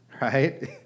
right